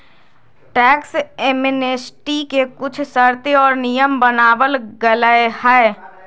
tax amnesty के कुछ शर्तें और नियम बनावल गयले है